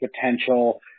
potential